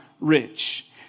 rich